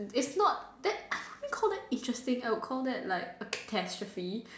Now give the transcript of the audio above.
it's not that how can you call that interesting what I would call that like catastrophe